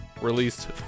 Released